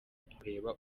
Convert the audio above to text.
kureba